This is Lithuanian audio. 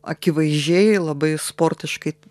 akivaizdžiai labai sportiškai